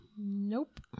Nope